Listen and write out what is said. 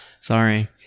Sorry